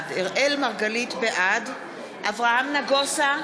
אראל מרגלית, בעד אברהם נגוסה,